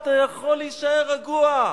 אתה יכול להישאר רגוע,